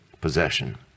possession